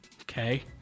okay